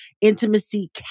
intimacy